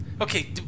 okay